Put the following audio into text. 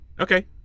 Okay